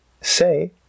say